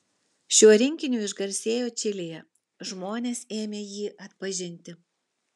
šiuo rinkiniu išgarsėjo čilėje žmonės ėmė jį atpažinti